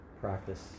practice